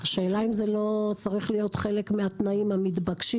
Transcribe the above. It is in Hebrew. השאלה אם זה לא צריך להיות חלק מהתנאים המתבקשים